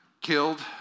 killed